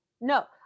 No